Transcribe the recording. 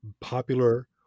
popular